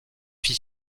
fit